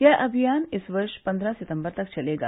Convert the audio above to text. यह अभियान इस वर्ष पन्द्रह सितम्बर तक चलेगा